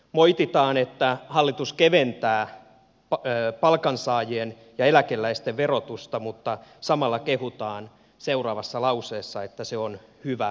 moititaan että hallitus keventää palkansaajien ja eläkeläisten verotusta mutta samalla kehutaan seuraavassa lauseessa että se on hyvä ratkaisu